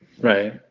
Right